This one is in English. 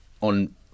on